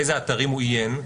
באיזה אתרים הוא עיין,